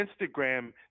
Instagram